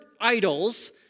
idols